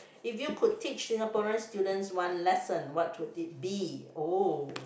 if you could teach Singaporean students one lesson what would it be oh